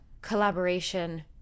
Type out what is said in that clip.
collaboration